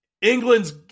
England's